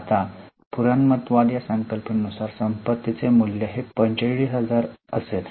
आता पुराणमतवाद या संकल्पने नुसार संपत्तीचे मूल्य हे 45000 असेल